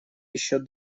еще